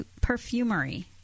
Perfumery